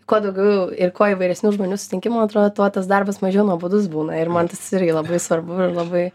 kuo daugiau ir kuo įvairesnių žmonių susitinki man atrodo tuo tas darbas mažiau nuobodus būna ir man tas irgi labai svarbu labai